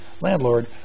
landlord